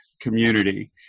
community